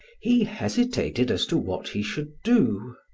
he hesitated as to what he should do.